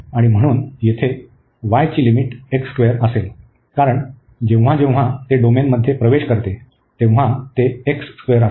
आणि म्हणून येथे y ची लिमिट असेल कारण जेव्हा जेव्हा ते डोमेनमध्ये प्रवेश करते तेव्हा ते असते